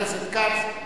חבר הכנסת כץ,